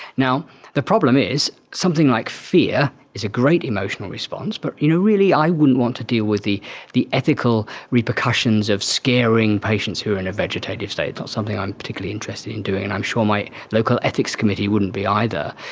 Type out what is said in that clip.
the problem is, something like fear is a great emotional response but you know really i wouldn't want to deal with the the ethical repercussions of scaring patients who are in a vegetative state, it's not something i'm particularly interested in doing and i'm sure my local ethics committee wouldn't be either.